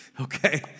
Okay